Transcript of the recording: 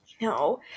No